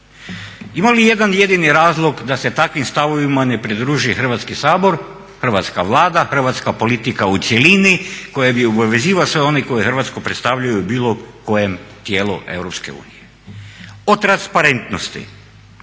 Ima li jedan jedini razlog da se takvim stavovima ne pridruži Hrvatski sabor, Hrvatska vlada, hrvatska politika u cjelini koje bi obavezivalo sve one koji Hrvatsku predstavljaju u bilo kojem tijelu EU? O transparentnosti,